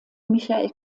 michael